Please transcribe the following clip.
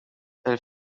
pel